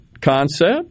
concept